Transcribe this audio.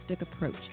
approach